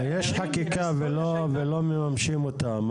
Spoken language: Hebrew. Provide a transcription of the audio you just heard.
אבל יש חקיקה ולא מממשים אותה.